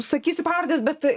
sakysiu pavardes bet